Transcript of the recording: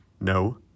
no